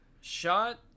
Shot